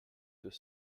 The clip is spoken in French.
deux